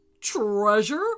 Treasure